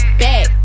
back